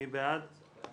מי בעד, מי